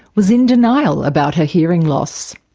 was in denial about her hearing loss.